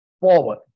forward